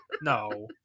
No